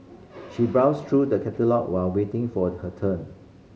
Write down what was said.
she browsed through the catalogue while waiting for her turn